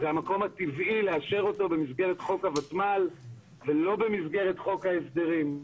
המקום הטבעי לאשר אותו הוא במסגרת חוק הותמ"ל ולא במסגרת חוק ההסדרים.